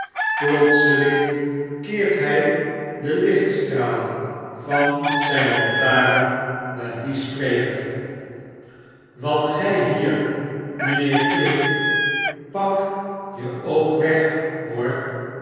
plotseling keert by den lichtstraal van zyn lantaarn naar dien spreker wat jp hier mijnheer click pak je ook weg hoor